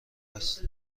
است